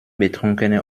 betrunkene